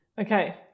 Okay